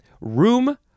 Room